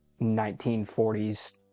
1940s